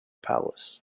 palace